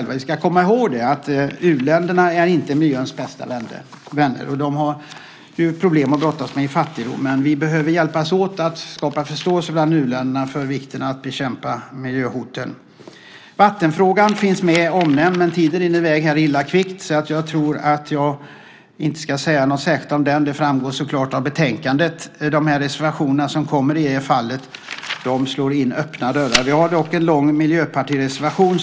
Vi ska komma ihåg att u-länderna inte är miljöns bästa vänner. De har fattigdomsproblem att brottas med. Vi behöver hjälpas åt att skapa förståelse bland u-länderna för vikten av att bekämpa miljöhoten. Vattenfrågan finns omnämnd, men tiden rinner i väg illa kvickt. Jag säger inte något särskilt om den. Det framgår av betänkandet. Reservationerna i det fallet slår in öppna dörrar. Det finns en lång miljöpartireservation.